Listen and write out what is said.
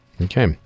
Okay